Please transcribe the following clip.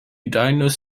diagnosed